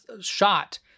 shot